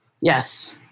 Yes